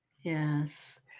Yes